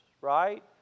right